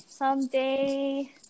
Someday